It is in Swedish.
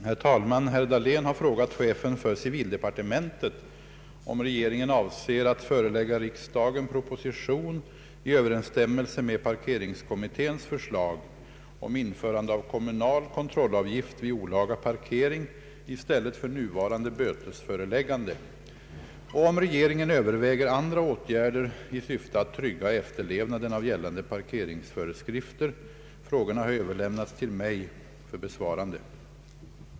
Herr talman! Herr Dahlén har frågat chefen för civildepartementet om regeringen avser att förelägga riksdagen proposition i överensstämmelse med parkeringskommitténs förslag om införande av kommunal kontrollavgift vid olaga parkering i stället för nuvarande bötesföreläggande och om regeringen överväger andra åtgärder i syfte att trygga efterlevnaden av gällande parkeringsföreskrifter. Frågorna har överlämnats till mig för besvarande.